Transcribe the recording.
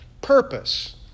purpose